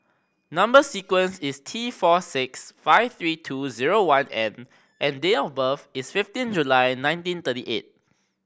number sequence is T four six five three two zero one N and date of birth is fifteen July nineteen thirty eight